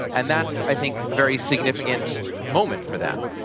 and that's, i think, a very significant moment for them.